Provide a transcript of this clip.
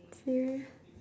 serio~